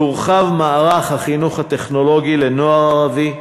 יורחב מערך החינוך הטכנולוגי לנוער ערבי,